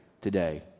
today